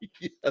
yes